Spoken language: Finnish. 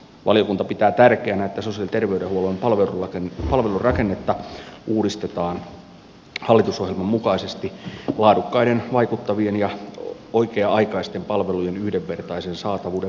valiokunta pitää tärkeänä että sosiaali ja terveydenhuollon palvelurakennetta uudistetaan hallitusohjelman mukaisesti laadukkaiden vaikuttavien ja oikea aikaisten palvelujen yhdenvertaisen saatavuuden varmistamiseksi